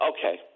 Okay